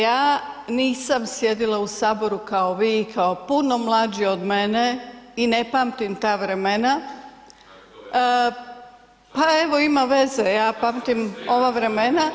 Pa gledajte, ja nisam sjedila u saboru, kao vi, kao puno mlađi od mene i ne pamtim ta vremena … [[Upadica iz klupe se ne razumije]] pa evo ima veze, ja pamtim ova vremena…